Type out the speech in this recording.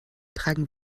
tragen